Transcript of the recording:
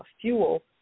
fuel